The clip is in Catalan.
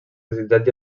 desitjat